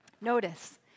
Notice